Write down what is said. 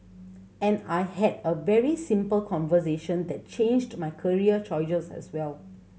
and I had a very simple conversation that changed my career choices as well